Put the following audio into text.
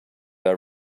our